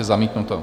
Zamítnuto.